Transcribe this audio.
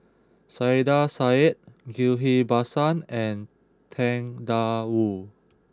Saiedah Said Ghillie Basan and Tang Da Wu